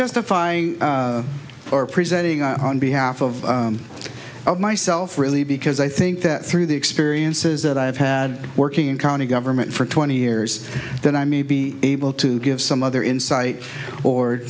testifying or presenting on behalf of of myself really because i think that through the experiences that i've had working in county government for twenty years that i may be able to give some other insight or